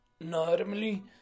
Normally